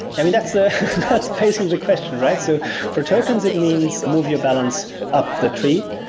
i mean, that's ah that's basically the question, right? so for tokens it means move your balance up the tree.